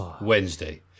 Wednesday